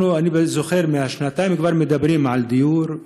אני זוכר ששנתיים כבר מדברים על דיור,